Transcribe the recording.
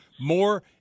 more